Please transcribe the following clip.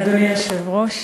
אדוני היושב-ראש,